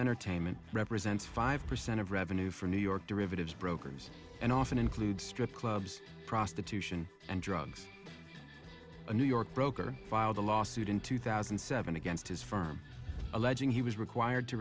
entertainment represents five percent of revenue for new york derivatives brokers and often include strip clubs prostitution and drugs a new york broker filed a lawsuit in two thousand and seven against his firm alleging he was required to